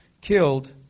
killed